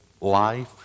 life